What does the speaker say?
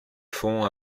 fonds